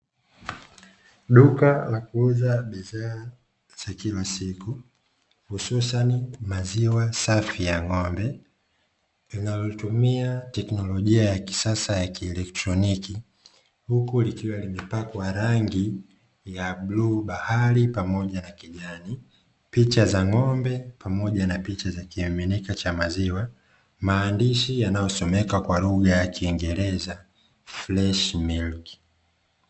Duka la kuuza bidhaa za kila siku hususani maziwa safi ya ng'ombe linalotumia teknolojia ya kisasa ya kielektroniki huku likiwa limepakwa rangi ya bluu bahari pamoja na kijani, picha za ng'ombe pamoja na picha za kimiminika cha maziwa maandishi yanayosomeka kwa lugha ya kiingereza “fresh milk".